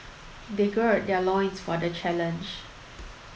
they gird their loins for the challenge